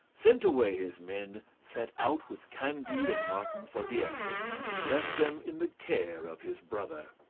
sent away his men, set out with candide and martin for dieppe, and left them in the care of his brother.